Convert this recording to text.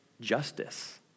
justice